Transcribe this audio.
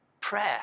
prayer